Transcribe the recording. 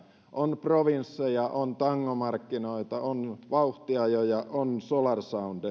on provinssi on tangomarkkinat on vauhtiajot on solar sound toivon